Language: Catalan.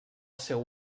seu